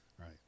right